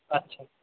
আচ্ছা